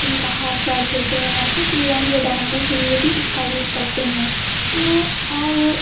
ان کا ہاتھ کاٹ دیتے ہیں یا کچھ بھی یا ان کو ڈرانے کے لیے بھی اس کا یوز کرتے ہیں تو اور